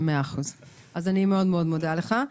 מודה לך.